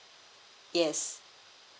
yes